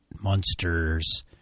monsters